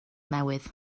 newydd